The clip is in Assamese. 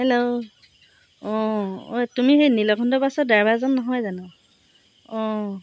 হেল্ল' অঁ ঐ তুমি সেই নীলকণ্ঠ বাছৰ ড্ৰাইভাৰজন নহয় জানোঁ অঁ